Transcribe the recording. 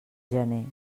gener